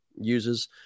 uses